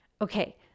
Okay